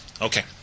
Okay